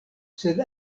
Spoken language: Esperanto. sed